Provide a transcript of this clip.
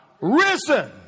Risen